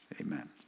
amen